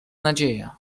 nadzieja